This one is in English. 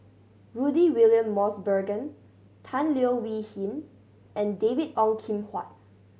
Rudy William Mosbergen Tan Leo Wee Hin and David Ong Kim Huat